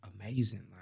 amazing